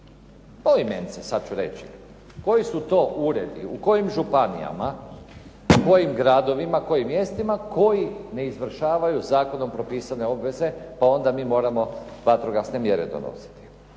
Poimenice sada ću reći, koji su to uredi, u kojim županijama, u kojim gradovima, kojim mjestima koji ne izvršavaju zakonom propisane obveze pa onda mi moramo vatrogasne mjere donositi.